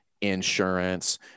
insurance